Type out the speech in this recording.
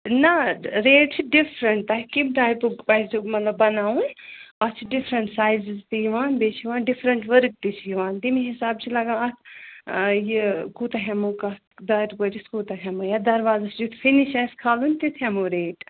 نہ ریٹ چھِ ڈِفرَنٛٹ تۄہہِ کیٚمہِ ٹایپُک پَزیو مطلب بَناوُن اَتھ چھِ ڈِفرنٛٹ سایزِز تہِ یِوان بیٚیہِ چھِ یِوان ڈِفرَنٛٹ ؤرٕک تہِ چھِ یِوان تَمی حِساب چھِ لَگان اَتھ یہِ کوٗتاہ ہٮ۪مو کَتھ دارِ پٔٹِس کوٗتاہ ہٮ۪مو یا دروازَس یُتھ فِنِش آسہِ کھالُن تِژھ ہٮ۪مو ریٹ